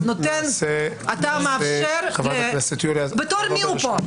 אתה מאפשר - בתור מי הוא פה?